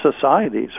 societies